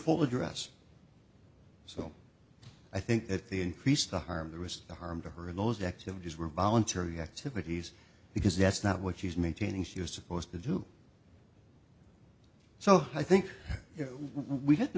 full address so i think that the increased the harm the risks the harm to her in those activities were voluntary activities because that's not what she's maintaining she was supposed to do so i think we have the